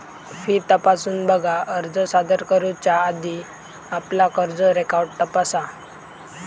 fee तपासून बघा, अर्ज सादर करुच्या आधी आपला कर्ज रेकॉर्ड तपासा